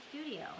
studio